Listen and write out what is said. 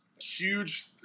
huge